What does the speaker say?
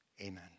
Amen